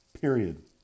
Period